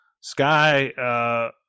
sky